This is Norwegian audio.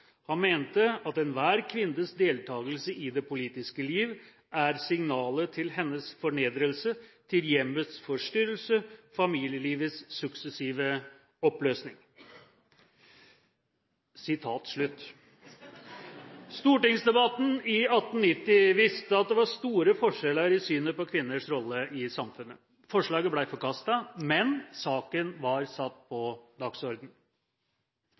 Han mente at «Enhver Kvindes Deltagelse i det politiske Liv, er Signalet til hendes Fornedrelse, til Hjemmets Forstyrrelse, Familielivets sucksessive Opløsning». Stortingsdebatten i 1890 viste at det var store forskjeller i synet på kvinners rolle i samfunnet. Forslaget ble forkastet, men saken var satt på